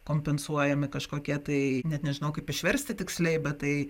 kompensuojami kažkokie tai net nežinau kaip išversti tiksliai bet tai